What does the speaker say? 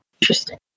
Interesting